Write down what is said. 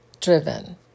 driven